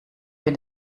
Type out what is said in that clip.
wenn